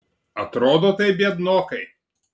atrodo tai biednokai